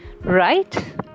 right